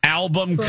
album